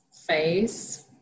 face